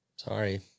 Sorry